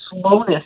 slowness